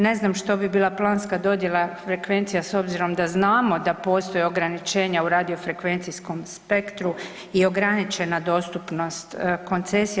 Ne znam što bi bila planska dodjela frekvencija s obzirom da znamo da postoje ograničenja u radiofrekvencijskom spektru i ograničena dostupnost koncecija.